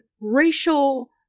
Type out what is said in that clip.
racial